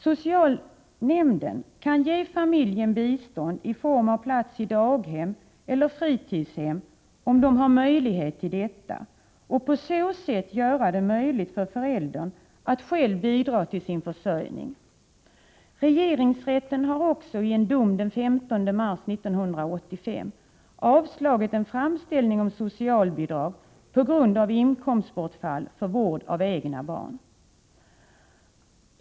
Socialnämnden kan ge familjen bistånd i form av plats i daghem eller i fritidshem, om det finns möjlighet till detta, och på så sätt göra det möjligt för föräldern att själv bidra till sin försörjning. Regeringsrätten har också i en dom den 15 mars 1985 avslagit en framställning om socialbidrag på grund av inkomstbortfall vid vård av egna barn.